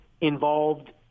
involved